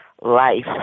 life